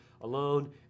alone